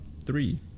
Three